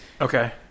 Okay